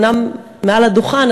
אומנם מעל הדוכן,